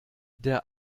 der